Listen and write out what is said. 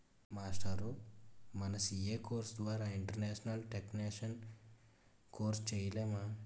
మాస్టారూ మన CA course ద్వారా ఇంటర్నేషనల్ టేక్సేషన్ కోర్సు సేయలేమా